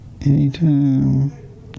Anytime